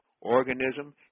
organism